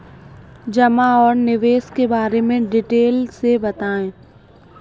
जमा और निवेश के बारे में डिटेल से बताएँ?